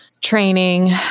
training